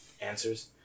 answers